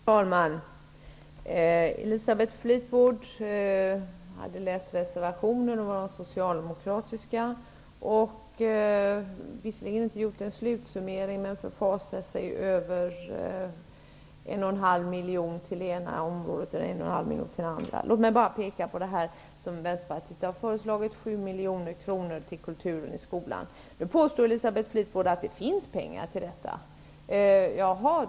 Fru talman! Elisabeth Fleetwood har läst de socialdemokratiska reservationerna och visserligen inte gjort en slutsummering men förfasar sig över 1,5 miljoner till det ena området och 1,5 miljoner till det andra. Låt mig då peka på de 7 miljoner som Vänsterpartiet har föreslagit till kulturen i skolan. Elisabeth Fleetwood påstår att det finns pengar till detta.